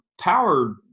power